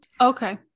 Okay